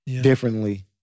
differently